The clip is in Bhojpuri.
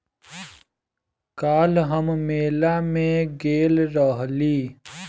काल्ह हम मेला में गइल रहनी